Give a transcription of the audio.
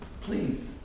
please